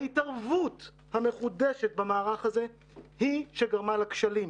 ההתערבות המחודשת במערך הזה היא שגרמה לכשלים.